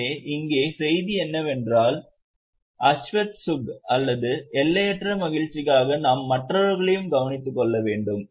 எனவே இங்கே செய்தி என்னவென்றால் ஷஸ்வத் சுக் அல்லது எல்லையற்ற மகிழ்ச்சிக்காக நாம் மற்றவர்களையும் கவனித்துக் கொள்ள வேண்டும்